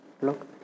look